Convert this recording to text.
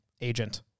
Agent